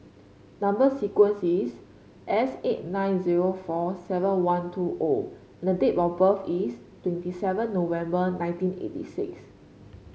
number sequence is S eight nine zero four seven one two O and the date of birth is twenty seven November nineteen eighty six